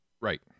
Right